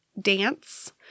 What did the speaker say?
dance